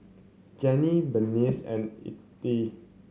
Ginny Berenice and Ethyl